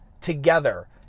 together